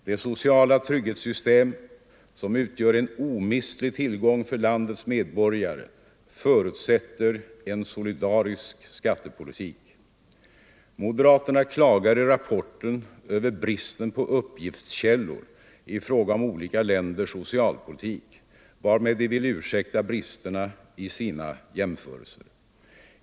Det sociala trygghetssystem som utgör en omistlig tillgång för landets medborgare förutsätter en solidarisk skattepolitik. Moderaterna klagar i rapporten över bristen på uppgiftskällor i fråga om olika länders socialpolitik, varmed de vill ursäkta bristerna i sina jämförelser.